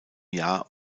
jahr